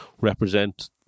represent